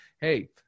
Hey